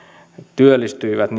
työllistyvät